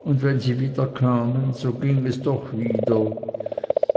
und wenn sie wieder kamen so ging es doch wieder